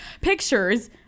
pictures